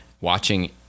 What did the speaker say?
watching